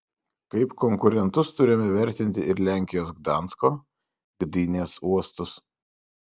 kaip konkurentus turime vertinti ir lenkijos gdansko gdynės uostus